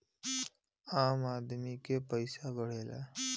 आम आदमी के पइसा बढ़ेला